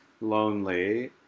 lonely